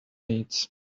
needs